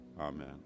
Amen